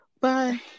Bye